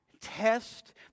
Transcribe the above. test